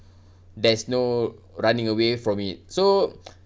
there's no running away from it so